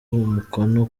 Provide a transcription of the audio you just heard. umukono